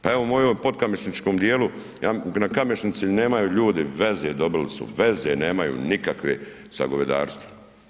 Pa evo u mojem podkamenišničnom djelu, na Kamešnici nemaju ljudi veze, dobili su, veze nemaju nikakve sa govedarstvom.